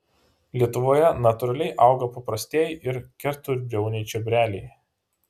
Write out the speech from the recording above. lietuvoje natūraliai auga paprastieji ir keturbriauniai čiobreliai